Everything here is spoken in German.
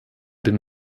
den